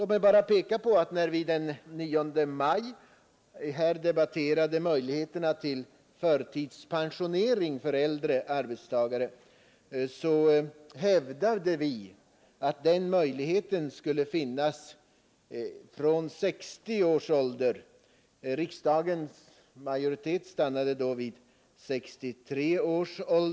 Låt mig här bara peka på att när vi den 9 maj i år debatterade möjligheterna till förtidspensionering för äldre arbetstagare, så hävdade vi att den möjligheten skulle finnas från 60 års ålder. Riksdagen stannade då för 63 år.